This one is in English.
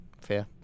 Fair